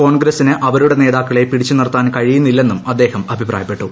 കോൺഗ്രസിന് അവരുടെ നേതാക്കളെ പിടിച്ചു നിർത്താൻ കഴിയുന്നില്ലെന്നും അദ്ദേഹം അഭിപ്രായപ്പെട്ടു